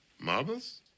Marbles